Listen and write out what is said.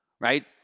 Right